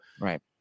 right